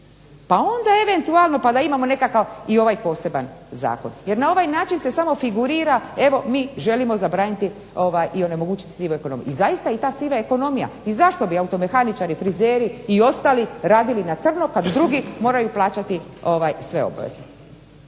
pa onda eventualno pa da imamo nekakav i ovaj poseban zakon, jer na ovaj način se samo figurira evo mi želimo zabraniti i onemogućiti sivu ekonomiju. I zaista i ta siva ekonomija i zašto bi automehaničari, frizeri i ostali radili na crno pa da drugi moraju plaćati sve obaveze.